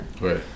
Right